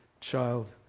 child